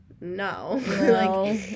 No